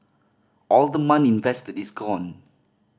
all the money invested is gone